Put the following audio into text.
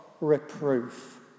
reproof